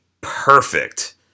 perfect